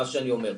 מה שאני אומר.